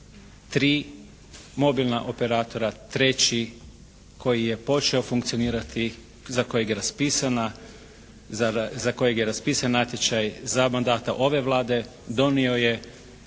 3 mobilna operatora. Treći koji je počeo funkcionirati. Za kojeg je raspisana, za kojeg je raspisan natječaj za mandata ove Vlade donio je